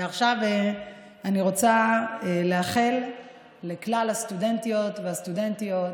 ועכשיו אני רוצה לאחל לכל הסטודנטיות והסטודנטים,